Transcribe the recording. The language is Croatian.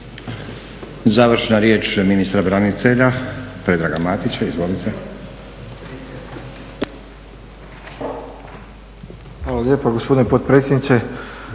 Završna riječ ministra branitelja Predraga Matića. Izvolite. **Matić, Predrag Fred** Hvala lijepa gospodine potpredsjedniče.